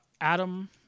Adam